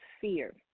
fear